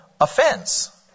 offense